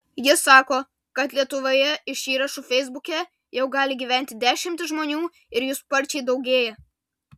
jis sako kad lietuvoje iš įrašų feisbuke jau gali gyventi dešimtys žmonių ir jų sparčiai daugėja